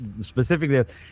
specifically